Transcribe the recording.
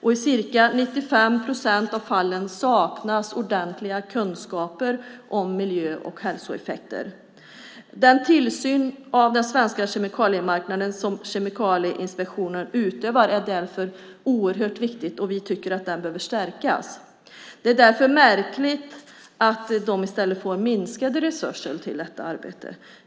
I ca 95 procent av fallen saknas ordentliga kunskaper om miljö och hälsoeffekter. Den tillsyn av den svenska kemikaliemarknaden som Kemikalieinspektionen utövar är därför oerhört viktig, och vi tycker att den behöver stärkas. Det är därför märkligt att de i stället får minskade resurser till detta arbete.